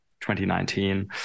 2019